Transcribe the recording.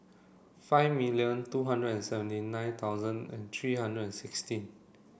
five million two hundred and seventy nine thousand and three hundred and sixteen